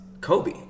Kobe